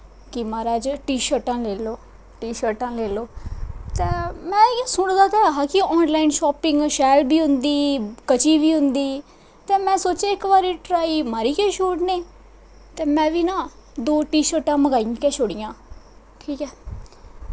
कि म्हाराज टीशर्टां लेई लैओ टीशर्टां लेई लैओ ते में इ'यां सुने दा ते ऐ हा कि ऑन लाईन शापिंग शौल बी होंदी कची बी होंदी ते में सोचेआ इक बारी ट्राई मारी गै छोड़ने ते में ना दो टीशर्टां मंगवाई गै छोड़ियां ठीक ऐ